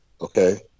okay